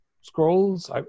scrolls